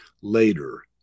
later